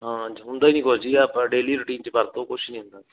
ਹਾਂਜ ਹੁੰਦਾ ਹੀ ਨਹੀਂ ਕੁਝ ਜੀ ਆ ਆਪਾਂ ਡੇਲੀ ਰੂਟੀਨ 'ਚ ਵਰਤੋ ਕੁਛ ਨਹੀਂ ਹੁੰਦਾ